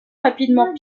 rapidement